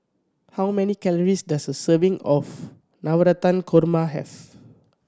how many calories does a serving of Navratan Korma have